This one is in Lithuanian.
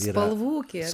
spalvų kiek